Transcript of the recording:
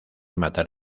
matar